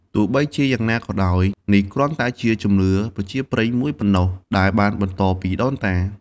ទោះបីជាយ៉ាងណាក៏ដោយ នេះគ្រាន់តែជាជំនឿប្រជាប្រិយមួយប៉ុណ្ណោះ ដែលបានបន្តពីដូនតា។